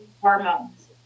hormones